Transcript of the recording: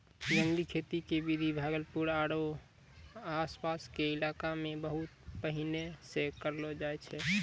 जंगली खेती के विधि भागलपुर आरो आस पास के इलाका मॅ बहुत पहिने सॅ करलो जाय छै